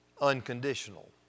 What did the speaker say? unconditional